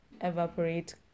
evaporate